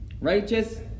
righteous